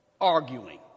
arguing